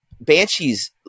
Banshees